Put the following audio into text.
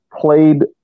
played